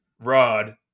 Rod